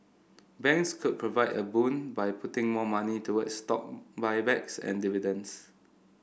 banks could provide a boon by putting more money toward stock buybacks and dividends